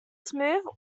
smooth